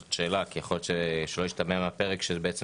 זאת שאלה כי יכול להיות שישתמע מהפרק שבעצם